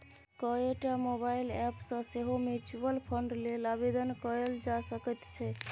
कएकटा mobile app सँ सेहो म्यूचुअल फंड लेल आवेदन कएल जा सकैत छै